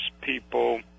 people